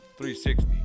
360